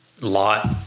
lot